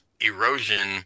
Erosion